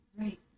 Right